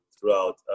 throughout